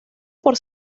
por